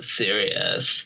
serious